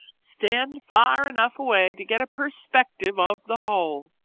stand far enough away to get a perspective of the whole